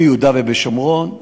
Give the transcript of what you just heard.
מיהודה ומשומרון,